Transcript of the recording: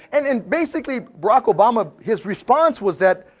and then basically barack obama his response was that,